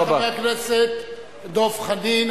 תודה רבה לחבר הכנסת דב חנין.